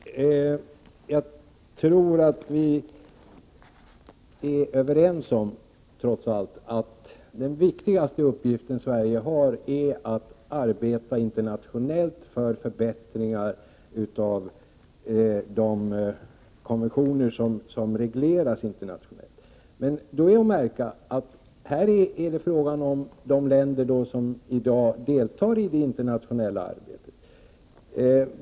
Herr talman! Jag tror att vi trots allt är överens om att den viktigaste uppgiften för Sverige är att arbeta internationellt för att åstadkomma förbättringar av de konventioner som regleras internationellt. Men då är att märka att det här är fråga om de länder som i dag deltar i det internationella arbetet.